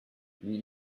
lui